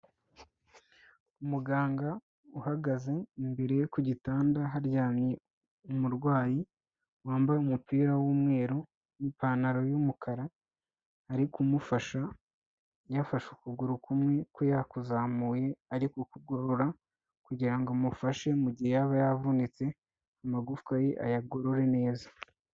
Umuganga uhagaze imbere ye ku gitanda haryamye umurwayi wambaye umupira w'umweru n'ipantaro y'umukara, ari kumufasha yafashe ukuguru kumwe kwe yakuzamuye ari kukugorora kugira ngo amufashe mu gihe yaba yavunitse, amagufwa ye ayagorore neza.